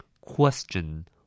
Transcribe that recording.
Question